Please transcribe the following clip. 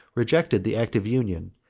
rejected the act of union,